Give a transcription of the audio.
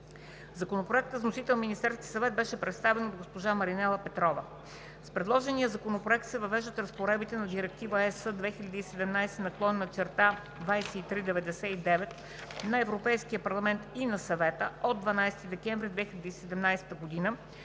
Законопроектът с вносител Министерския съвет беше представен от госпожа Маринела Петрова. С предложения законопроект се въвеждат разпоредбите на Директива (ЕС) 2017/2399 на Европейския парламент и на Съвета от 12 декември 2017 г.,